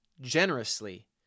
generously